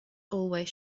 always